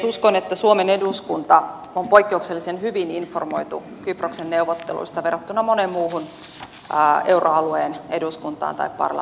uskon että suomen eduskunta on poikkeuksellisen hyvin informoitu kyproksen neuvotteluista verrattuna moneen muuhun euroalueen parlamenttiin